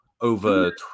over